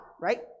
right